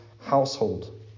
household